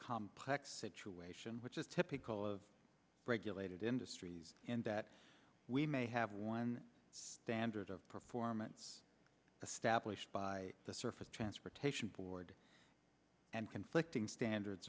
complex situation which is typical of regulated industries and that we may have one standard of performance a stablished by the surface transportation board and conflicting standards